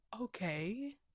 okay